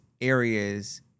areas